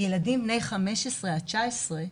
ילדים בני 15 עד 19,